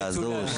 ברוך השם.